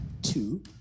Two